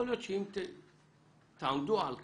יכול להיות שאם תעמדו על כך,